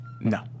No